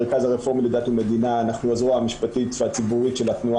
המרכז הרפורמי לדת ומדינה אנחנו הזרוע המשפטית והציבורית של התנועה